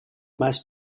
meist